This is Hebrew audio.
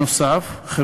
נוסף על כך,